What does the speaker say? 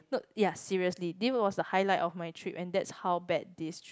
look ya seriously this was the highlight of my trip and that's how bad this trip